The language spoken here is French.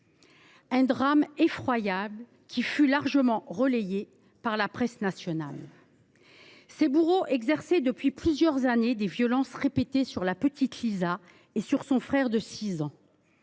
Ce drame effroyable fut largement relayé par la presse nationale. Ses bourreaux exerçaient depuis plusieurs années des violences répétées sur Lisa et sur son frère de 6 ans